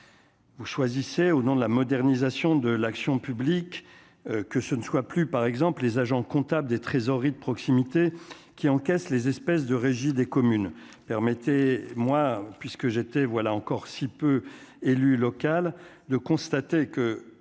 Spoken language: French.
Vous choisissez au nom de la modernisation de l'action publique, que ce ne soit plus par exemple les agents comptables des trésoreries de proximité qui encaisse les espèces de régie des communes, permettez moi puisque j'étais voilà encore si peu élu local de constater que